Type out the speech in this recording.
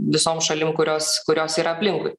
visom šalim kurios kurios yra aplinkui